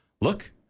look